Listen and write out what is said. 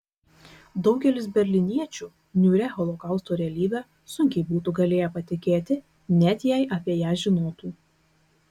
daugelis berlyniečių niūria holokausto realybe sunkiai būtų galėję patikėti net jei apie ją žinotų